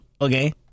Okay